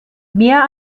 mehr